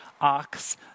ox